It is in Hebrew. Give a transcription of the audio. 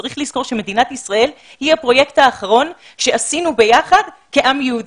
צריך לזכור שמדינת ישראל היא הפרויקט האחרון שעשינו ביחד כעם יהודי.